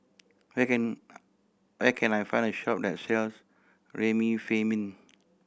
when can where can I find a shop that sells Remifemin